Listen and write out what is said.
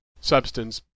Substance